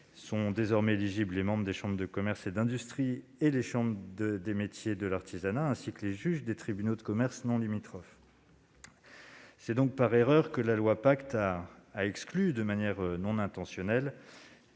Sont désormais éligibles les membres des chambres de commerce et d'industrie et des chambres des métiers de l'artisanat, ainsi que les juges des tribunaux de commerce non limitrophes. C'est donc par erreur, et de manière non intentionnelle,